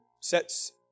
sets